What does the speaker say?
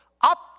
up